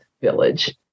village